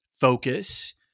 focus